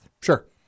Sure